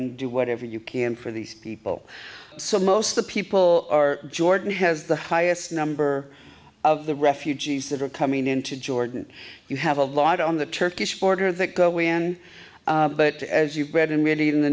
and do whatever you can for these people so most of the people are jordan has the highest number of the refugees that are coming into jordan you have a lot on the turkish border that go in but as you've read and really in the